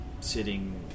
sitting